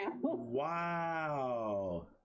Wow